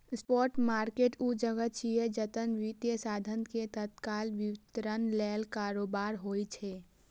spot market ऊ जगह छियै, जतय वित्तीय साधन के तत्काल वितरण लेल कारोबार होइ छै